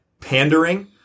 pandering